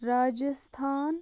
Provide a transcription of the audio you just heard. Rajasthan